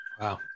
Wow